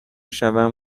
شوم